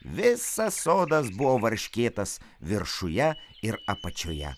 visas sodas buvo varškėtas viršuje ir apačioje